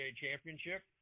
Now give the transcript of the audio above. Championship